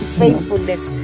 faithfulness